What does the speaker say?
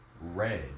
red